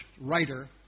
writer